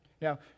Now